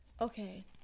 Okay